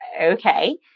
okay